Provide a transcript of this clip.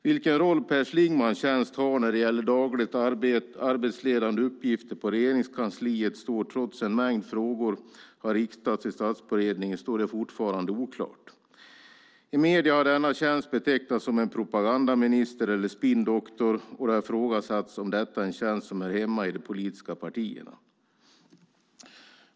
Vilken roll Per Schlingmanns tjänst har när det gäller dagliga arbetsledande uppgifter i Regeringskansliet är, trots att en mängd frågor har riktats till Statsrådsberedningen, oklart. I medierna har denna tjänst betecknats som en propagandaminister eller spinndoktor, och det har ifrågasatts om detta är en tjänst som hör hemma i de politiska partierna.